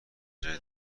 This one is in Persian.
جای